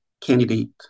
candidate